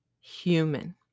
human